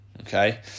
Okay